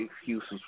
excuses